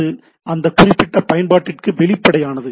அது அந்த குறிப்பிட்ட பயன்பாட்டிற்கு வெளிப்படையானது